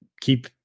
keep